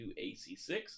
AC6